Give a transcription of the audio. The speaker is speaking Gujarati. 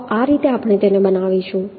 તો આ રીતે આપણે તેને બનાવીશું